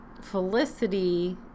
Felicity